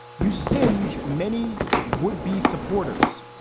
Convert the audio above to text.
you singe many would be supporters.